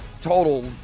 Total